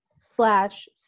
slash